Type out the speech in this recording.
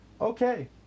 Okay